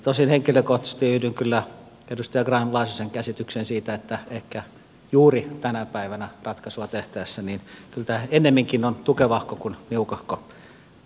tosin henkilökohtaisesti yhdyn kyllä edustaja grahn laasosen käsitykseen siitä että ehkä juuri tänä päivänä ratkaisua tehtäessä tämä on kyllä ennemminkin tukevahko kuin niukahko taso